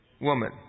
woman